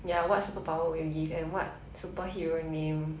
ya what superpower will you give and what superhero name